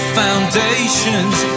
foundations